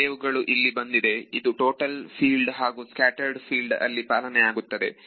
ಹಲವು ವೇವ್ ಗಳು ಇಲ್ಲಿ ಬಂದಿದೆ ಇದು ಟೋಟಲ್ ಫೀಲ್ಡ್ ಹಾಗೂ ಸ್ಕ್ಯಾಟರೆಡ್ ಫೀಲ್ಡ್ ಅಲ್ಲಿ ಪಾಲನೆಯಾಗುತ್ತದೆ